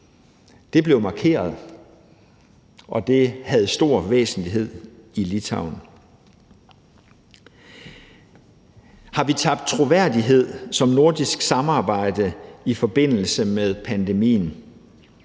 Det blev markeret, og det var af stor væsentlighed i Litauen. Har vi tabt troværdighed i forhold til nordisk samarbejde i forbindelse med pandemien?